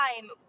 time